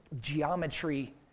geometry